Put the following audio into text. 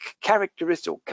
characteristic